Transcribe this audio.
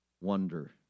Wonder